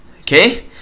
okay